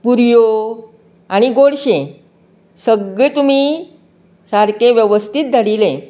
पुरयो आनी गोडशें सगळें तुमी सारकें वेवस्थीत धाडिल्लें